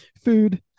Food